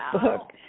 book